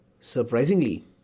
Surprisingly